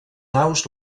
naus